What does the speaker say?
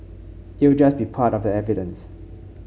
it will just be part of the evidence